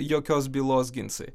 jokios bylos ginsai